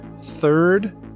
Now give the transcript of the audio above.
third